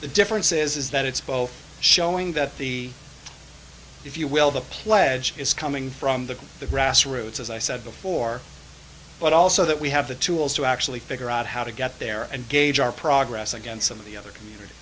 the difference is that it's both showing that the if you will the pledge is coming from the the grassroots as i said before but also that we have the tools to actually figure out how to get there and gauge our progress against some of the other communit